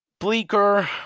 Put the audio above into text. bleaker